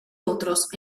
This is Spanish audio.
otros